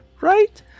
right